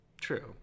True